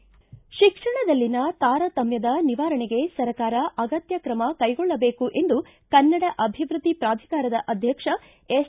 ತಿಕ್ಷಣದಲ್ಲಿನ ತಾರತಮ್ಯ ನಿವಾರಣೆಗೆ ಸರ್ಕಾರ ಅಗತ್ಯ ಕ್ರಮ ಕೈಗೊಳ್ಳಬೇಕು ಎಂದು ಕನ್ನಡ ಅಭಿವೃದ್ದಿ ಪ್ರಾಧಿಕಾರದ ಅಧ್ಯಕ್ಷ ಎಸ್